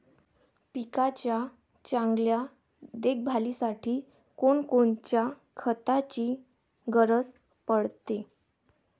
पिकाच्या चांगल्या देखभालीसाठी कोनकोनच्या खताची गरज पडते?